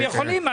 הם יכולים.